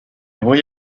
voy